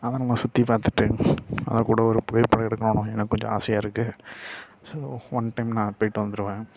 அதை நம்ம சுற்றி பார்த்துட்டு அதுக்கூட ஒரு புகைப்படம் எடுக்கணுன்னு எனக்கு கொஞ்சம் ஆசையாக இருக்குது ஸோ ஒன் டைம் நான் போயிட்டு வந்துவிடுவேன்